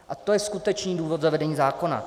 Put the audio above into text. A to je skutečný důvod zavedení zákona.